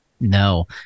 No